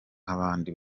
nk’abandi